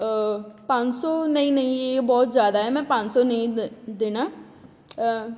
ਪੰਜ ਸੌ ਨਹੀਂ ਨਹੀਂ ਇਹ ਬਹੁਤ ਜ਼ਿਆਦਾ ਹੈ ਮੈਂ ਪੰਜ ਸੌ ਨਹੀਂ ਦ ਦੇਣਾ